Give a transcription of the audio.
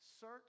Search